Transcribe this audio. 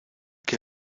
que